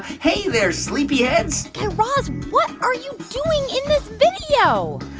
hey there, sleepyheads guy raz, what are you doing in this video?